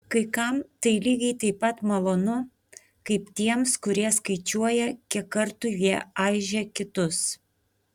kai kam tai lygiai taip pat malonu kaip tiems kurie skaičiuoja kiek kartų jie aižė kitus